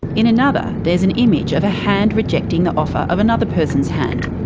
in another, there is an image of a hand rejecting the offer of another person's hand.